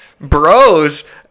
bros